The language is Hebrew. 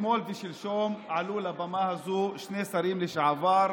אתמול ושלשום עלו לבמה הזו שני שרים לשעבר,